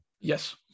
Yes